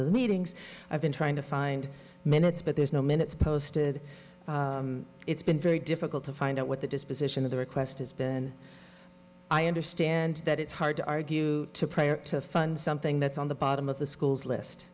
to the meetings i've been trying to find minutes but there's no minutes posted it's been very difficult to find out what the disposition of the request has been i understand that it's hard to argue to pray or to fund something that's on the bottom of the schools list